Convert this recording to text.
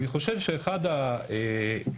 אני חושב שאחד הכישלונות